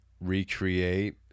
recreate